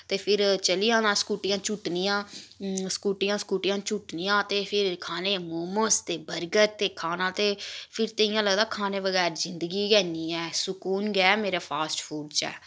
ते फिर चली जाना स्कूटियां चुटनिआं स्कूटियां स्कूटियां चुटनिआं ते फिर खाने मोमोस ते बर्गर ते खाना ते फिर ते इ'यां लगदा खाने बगैर जिंगदी गै निम ऐ सकून गै मेरा फास्ट फूड च ऐ